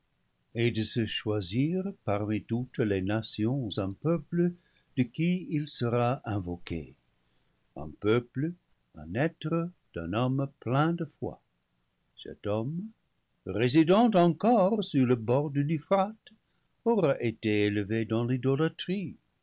et de se choisir parmi toutes les nations un peuple de qui il sera invoqué un peuple à naître d'un homme plein de foi cet homme résident encore sur le bord de l'euphrate aura été élevé dans